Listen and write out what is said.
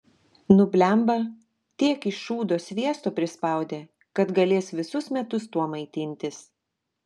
nu blemba tiek iš šūdo sviesto prisispaudė kad galės visus metus tuo maitintis